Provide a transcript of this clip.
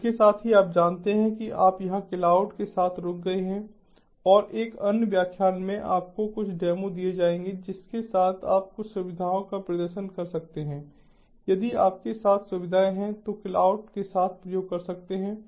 तो इसके साथ ही आप जानते हैं कि आप यहाँ क्लाउड के साथ रुक गए हैं और एक अन्य व्याख्यान में आपको कुछ डेमो दिए जाएंगे जिसके साथ आप कुछ सुविधाओं का प्रदर्शन कर सकते हैं यदि आपके साथ सुविधाएं हैं तो क्लाउड के साथ प्रयोग कर सकते हैं